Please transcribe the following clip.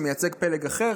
שמייצג פלג אחר,